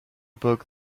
book